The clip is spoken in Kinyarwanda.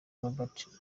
norbert